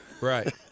Right